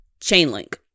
Chainlink